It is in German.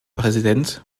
präsident